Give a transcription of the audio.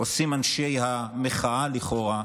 עושים אנשי המחאה, לכאורה,